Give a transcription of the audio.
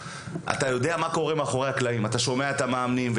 אתה יודע מה קורה מאחורי הקלעים: אתה שומע את המאמנים,